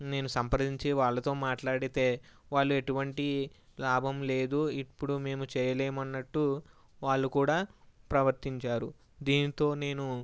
నేను సంప్రదించి వాళ్ళతో మాట్లాడితే వాళ్ళు ఎటువంటి లాభం లేదు ఇప్పుడు మేము చేయలేమన్నట్టు వాళ్ళు కూడా ప్రవర్థించారు దీనితో నేను